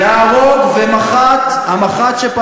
היא ישבה אתם אחרי זה.